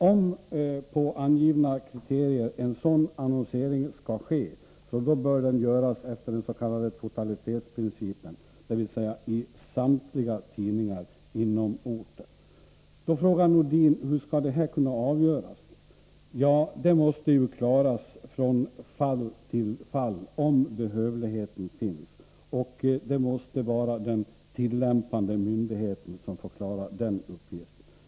Om sådan annonsering på angivna kriterier skall ske, bör dens.k. totalitetsprincipen tillämpas, dvs. man bör annonsera i samtliga tidningar på orten. Sven-Erik Nordin frågar: Hur skall detta kunna avgöras? Ja, det måste klaras från fall till fall, om behövligheten finns. Och det måste vara den tillämpande myndigheten som får klara den uppgiften.